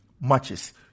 matches